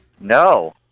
No